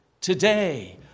Today